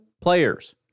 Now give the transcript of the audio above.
players